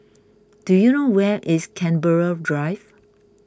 do you know where is Canberra Drive